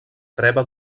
treva